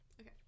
okay